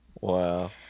wow